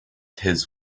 his